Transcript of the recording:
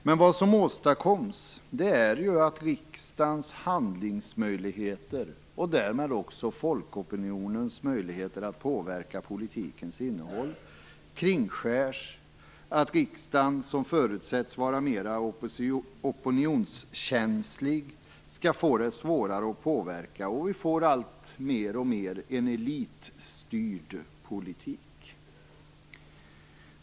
Men vad som åstadkoms är ju att riksdagens handlingsmöjligheter och därmed också folkopinionens möjligheter att påverka politikens innehåll kringskärs och att riksdagen som förutsätts vara mer opinionskänslig skall få det svårare att påverka. Vi får därmed alltmer en elitstyrd politik.